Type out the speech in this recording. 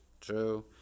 true